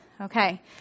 Okay